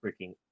freaking